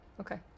Okay